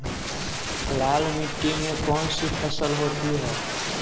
लाल मिट्टी में कौन सी फसल होती हैं?